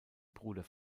bruder